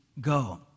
go